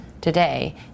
today